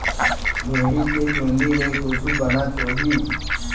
भेड़ी के चूंदी ले कुछु बनत होही?